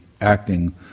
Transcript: acting